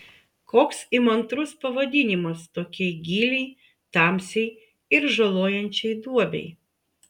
koks įmantrus pavadinimas tokiai giliai tamsiai ir žalojančiai duobei